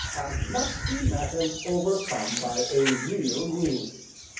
and must be met and overcome by a real means.